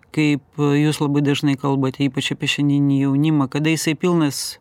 kaip jūs labai dažnai kalbat ypač apie šiandieninį jaunimą kada jisai pilnas